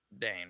Dane